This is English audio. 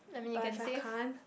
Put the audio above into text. but if I can't